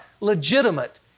legitimate